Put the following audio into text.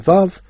Vav